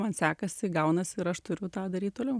man sekasi gaunasi ir aš turiu tą daryt toliau